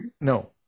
No